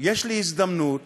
הזדמנות